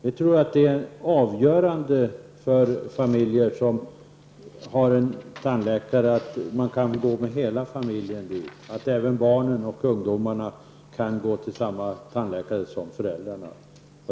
Vi tror att det är av avgörande betydelse för familjer som har en tandläkare att barnen och ungdomarna i familjen kan gå till samma tandläkare som föräldrarna.